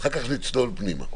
אחר כך נצלול פנימה.